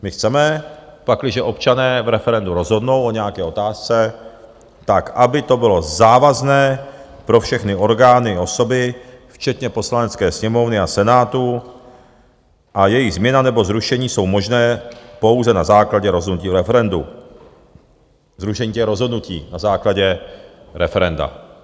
My chceme, pakliže občané v referendu rozhodnou o nějaké otázce, tak aby to bylo závazné pro všechny orgány i osoby, včetně Poslanecké sněmovny a Senátu, a jejich změna nebo zrušení jsou možné pouze na základě rozhodnutí v referendu, zrušení těch rozhodnutí na základě referenda.